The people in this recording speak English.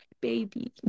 baby